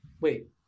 wait